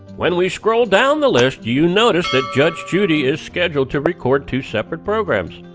when we scroll down the list do you notice that judge judy, is scheduled to record two separate programs.